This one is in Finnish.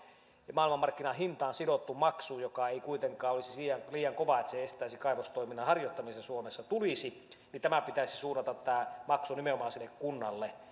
maailmanmarkkinahintaan sidottu maksu tulisi joka ei kuitenkaan olisi liian kova niin että se estäisi kaivostoiminnan harjoittamisen suomessa niin tämä maksu pitäisi suunnata nimenomaan kunnalle